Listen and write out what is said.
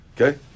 Okay